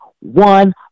one